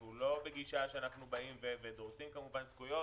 אנחנו לא בגישה שאנחנו באים ודורסים זכויות.